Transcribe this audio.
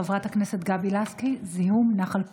של חברת הכנסת גבי לסקי: זיהום נחל פרת.